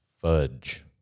fudge